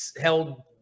held